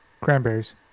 Cranberries